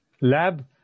lab